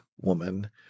woman –